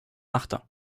martin